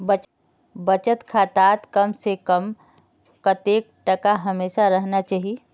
बचत खातात कम से कम कतेक टका हमेशा रहना चही?